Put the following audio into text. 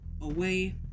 away